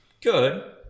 good